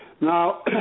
Now